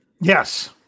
Yes